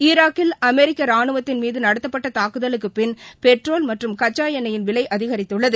ஈராக்கில் அமெரிக்க ராணுவத்தின் மீது நடத்தப்பட்ட தூக்குதலுக்குப் பின்னர் பெட்ரோல் மற்றும் கச்சா எண்ணெயின் விலை அதிகரித்துள்ளது